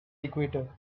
equator